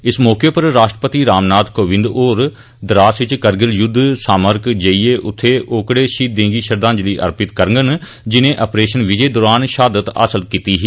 इस मौके उप्पर राष्ट्रपति रामनाथ कोविंद होर द्रास च करगिल युद्ध स्मारक जाइयै उत्थें ओकड़े शहीदें गी श्रद्दांजलि अर्पित करङन जिनें आपरेशन विजय दौरान शहादत हासल कीती ही